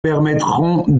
permettront